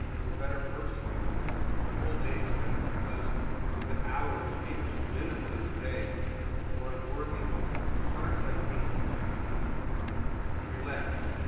i'm a better person when i'm at work! my whole day is better because of the hours, maybe just the minutes of the day where i'm working as hard as i can to be relaxed,